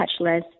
touchless